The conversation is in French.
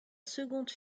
seconde